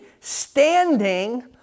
standing